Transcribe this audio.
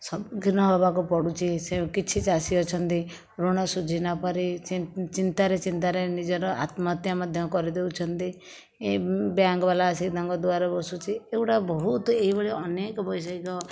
ସମ୍ମୁଖୀନ ହେବାକୁ ପଡ଼ୁଛି ସେ କିଛି ଚାଷୀ ଅଛନ୍ତି ଋଣ ଶୁଝି ନପାରି ଚିନ୍ତାରେ ଚିନ୍ତାରେ ନିଜର ଆତ୍ମହତ୍ୟା ମଧ୍ୟ କରି ଦେଉଛନ୍ତି ଏ ବ୍ୟାଙ୍କ ବାଲା ଆସି ତାଙ୍କ ଦୁଆରେ ବସୁଛି ଏଗୁଡ଼ାକ ବହୁତ ଏଭଳି ଅନେକ ବୈଷୟିକ